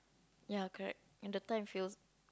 ya correct in the time feels